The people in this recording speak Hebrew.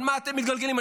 על מה אתם מתגלגלים?